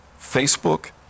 Facebook